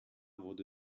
wurde